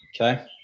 Okay